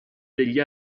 degli